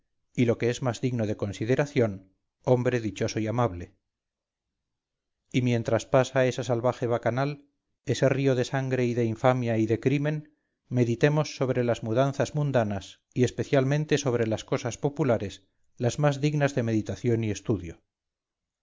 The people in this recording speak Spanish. y lo que es más digno de consideración hombre dichoso y amable y mientras pasa esa salvaje bacanal ese río de sangre y de infamia y de crimen meditemos sobre las mudanzas mundanas y especialmente sobre las cosas populares las más dignas de meditación y estudio